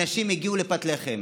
אנשים הגיעו לפת לחם.